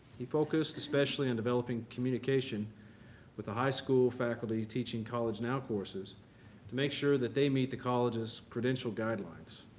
he focused especially on developing communication with the high school faculty teaching college now courses to make sure that they meat the college's credential guidelines.